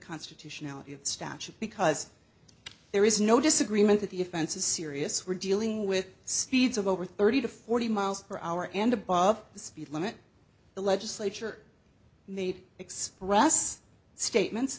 constitutionality of the statute because there is no disagreement that the offense is serious we're dealing with speeds of over thirty to forty miles per hour and above the speed limit the legislature made express statements